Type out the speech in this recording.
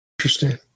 interesting